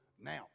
now